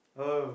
oh